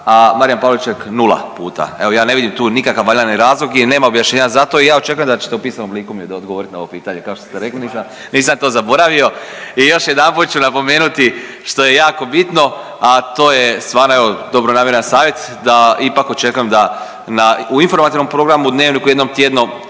a Marijan Pavliček nula puta. Evo ja ne vidim tu nikakav valjani razlog i nema objašnjenja za to i ja očekujem da ćete u pisanom obliku mi odgovorit na ovo pitanje kao što ste rekli, nisam to zaboravio. I još jedanput ću napomenuti što je jako bitno, a to je stvarno evo dobronamjeran savjet da ipak očekujem da na u informativnom programu u dnevniku jednom tjedno